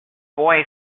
boy